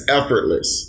effortless